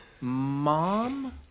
mom